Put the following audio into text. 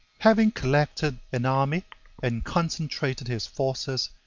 having collected an army and concentrated his forces,